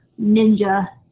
ninja